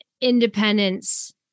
independence